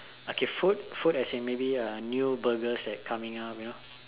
okay food as in maybe new burgers that's coming out you know